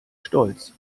stolz